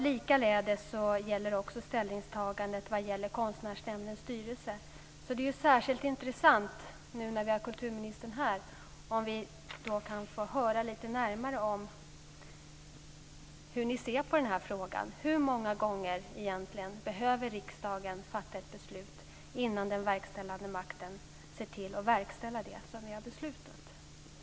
Likaledes gäller ställningstagandet angående Konstnärsnämndens styrelse. Det vore särskilt intressant, nu när vi har kulturministern här, om vi kunde få höra lite närmare om hur ni ser på den här frågan. Hur många gånger behöver riksdagen fatta ett beslut innan den verkställande makten genomför det som vi har beslutat?